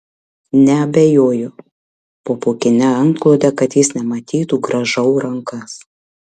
neabejoju po pūkine antklode kad jis nematytų grąžau rankas